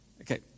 Okay